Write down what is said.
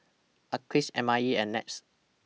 Acres M I E and Nets